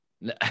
No